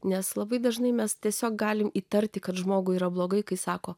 nes labai dažnai mes tiesiog galime įtarti kad žmogui yra blogai kai sako